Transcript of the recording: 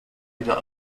wieder